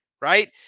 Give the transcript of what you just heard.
Right